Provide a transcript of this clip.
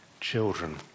children